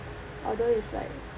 although it's like